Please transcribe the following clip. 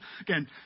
Again